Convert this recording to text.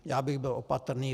Já bych byl opatrný.